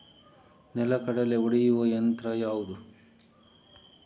ನೆಲಗಡಲೆ ಒಡೆಯುವ ಯಂತ್ರ ಯಾವುದು?